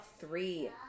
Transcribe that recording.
three